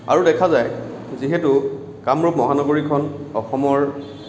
আৰু দেখা যায় যিহেতু কামৰূপ মহানগৰীখন অসমৰ